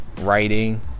writing